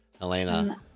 Elena